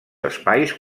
espais